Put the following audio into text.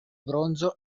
bronzo